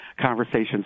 conversations